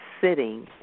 sitting